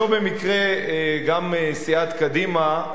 לא במקרה גם סיעת קדימה,